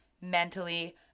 mentally